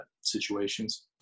situations